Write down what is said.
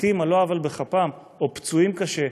מתים על לא עוול בכפם, או פצועים קשה,